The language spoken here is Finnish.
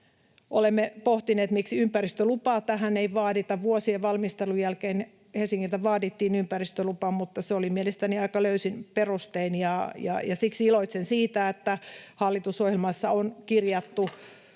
Olemme pohtineet, miksi ympäristölupaa tähän ei vaadita. Vuosien valmistelun jälkeen Helsingiltä vaadittiin ympäristölupa, mutta se oli mielestäni aika löysin perustein, ja siksi iloitsen siitä, että hallitusohjelmaan on kirjattu